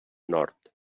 nord